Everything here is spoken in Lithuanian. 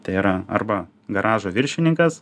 tai yra arba garažo viršininkas